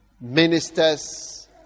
ministers